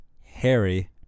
Harry